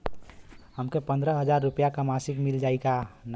हमके पन्द्रह हजार रूपया क मासिक मिल जाई का?